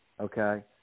Okay